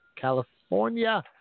California